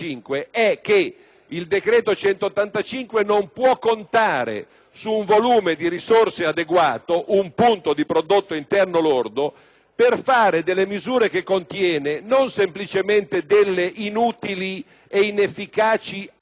quel decreto non può contare su un volume di risorse adeguato (un punto di prodotto interno lordo) per fare delle misure che contiene non semplicemente delle inutili e inefficaci allusioni